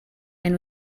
and